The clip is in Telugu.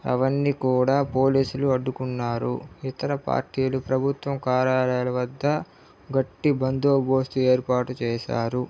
అవన్ని కూడా పోలీసులు అడ్డుకున్నారు ఇతర పార్టీలు ప్రభుత్వం కార్యాలయాల వద్ద గట్టి బందోబస్తు ఏర్పాటు చేశారు